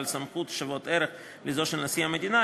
בעל סמכות שוות ערך לזו של נשיא המדינה,